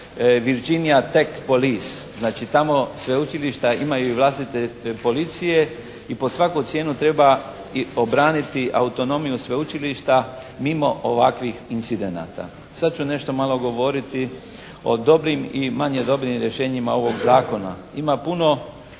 Virginia Tech Police. Znači tamo sveučilišta imaju i vlastite policije i pod svaku cijenu treba i obraniti autonomiju sveučilišta mimo ovakvih incidenata. Sad ću nešto malo govoriti o dobrim i manje dobrim rješenjima ovog zakona. Ima puno